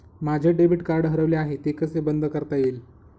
माझे debit card हरवले आहे ते कसे बंद करता येईल?